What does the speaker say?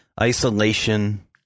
isolation